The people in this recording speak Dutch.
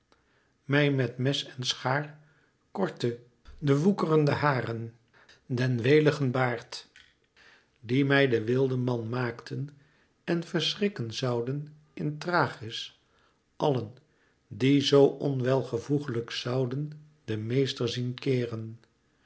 mij met mes en schaar korte de woekerende haren den weligen baard die mij den wildeman maakten en verschrikken zouden in thrachis allen die zoo onwelvoegelijk zouden den meester zien keeren